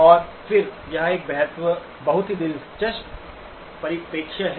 और फिर यह एक बहुत ही दिलचस्प परिप्रेक्ष्य है